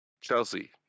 Chelsea